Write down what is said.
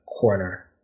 corner